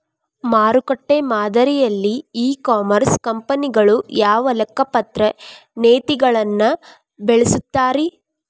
ಮಾರುಕಟ್ಟೆ ಮಾದರಿಯಲ್ಲಿ e commerce ಕಂಪನಿಗಳು ಯಾವ ಲೆಕ್ಕಪತ್ರ ನೇತಿಗಳನ್ನ ಬಳಸುತ್ತಾರಿ?